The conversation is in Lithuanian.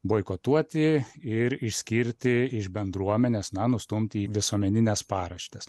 boikotuoti ir išskirti iš bendruomenės na nustumti į visuomenines paraštes